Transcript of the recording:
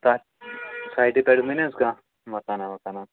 تَتھ سایٹہِ پٮ۪ٹھ بَنہِ حظ کانٛہہ مکانہ وَکانہ